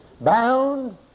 Bound